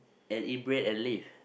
and eat bread and leave